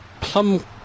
plum